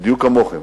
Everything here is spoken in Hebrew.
בדיוק כמוכם,